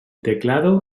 teclado